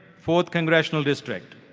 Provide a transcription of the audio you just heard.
fourth congressional district,